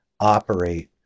operate